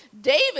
David